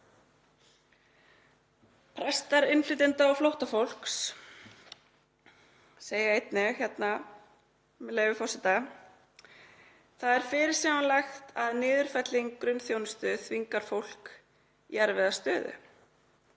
Prestar innflytjenda og flóttafólks segja einnig hérna, með leyfi forseta: „Það er fyrirsjáanlegt að niðurfelling grunnþjónustu þvingar fólk í erfiða stöðu